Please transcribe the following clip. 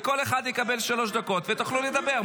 וכל אחד יקבל שלוש דקות ותוכלו לדבר.